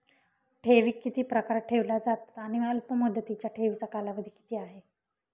ठेवी किती प्रकारे ठेवल्या जातात आणि अल्पमुदतीच्या ठेवीचा कालावधी किती आहे?